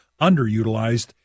underutilized